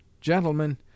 Gentlemen